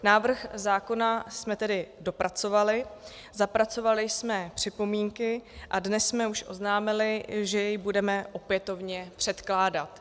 Návrh zákona jsme tedy dopracovali, zapracovali jsme připomínky a dnes jsme už oznámili, že jej budeme opětovně předkládat.